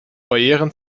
barrieren